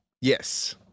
Yes